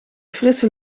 frisse